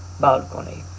balcony